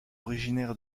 originaires